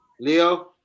Leo